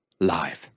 Live